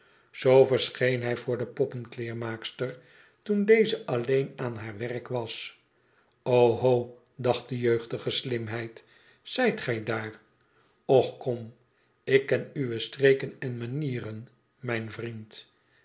verscheen hij voor de poppenkleermaakster toen deze alleen aan haar werk was oho dacht de jeugdige slimheid zijt gij daar och kom ik ken uwe streken en manieren mijn vriend